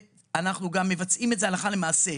ואנחנו גם מבצעים את זה הלכה למעשה.